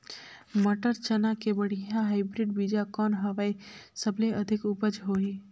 मटर, चना के बढ़िया हाईब्रिड बीजा कौन हवय? सबले अधिक उपज होही?